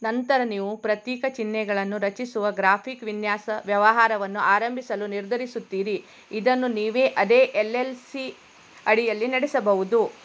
ನಂತರ ನೀವು ಪ್ರತೀಕ ಚಿಹ್ನೆಗಳನ್ನು ರಚಿಸುವ ಗ್ರಾಫಿಕ್ ವಿನ್ಯಾಸ ವ್ಯವಹಾರವನ್ನು ಆರಂಭಿಸಲು ನಿರ್ಧರಿಸುತ್ತೀರಿ ಇದನ್ನು ನೀವೇ ಅದೇ ಎಲ್ ಎಲ್ ಸಿ ಅಡಿಯಲ್ಲಿ ನಡೆಸಬಹುದು